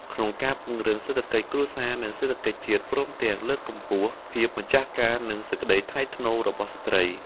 ក្នុងការ ពង្រឹងសេដ្ឋកិច្ចគ្រួសារ និងសេដ្ឋកិច្ចជាតិ ព្រមទាំងលើកកម្ពស់ ភាពម្ចាស់ការ និងសេចក្តីថ្លៃថ្នូររបស់ស្ត្រី។